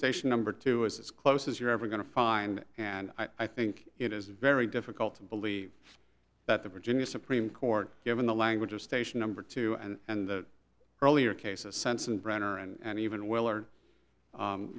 station number two is as close as you're ever going to find and i think it is very difficult to believe that the virginia supreme court given the language of station number two and the earlier cases sensenbrenner and even